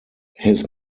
his